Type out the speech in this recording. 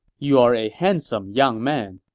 you are a handsome young man,